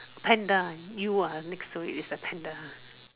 panda you ah next to it is a panda